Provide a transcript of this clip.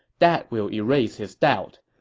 that will erase his doubts.